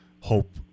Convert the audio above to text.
hope